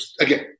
again